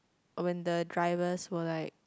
when the drivers were like